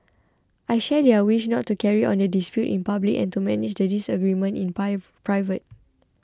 I share their wish not to carry on the dispute in public and to manage the disagreement in private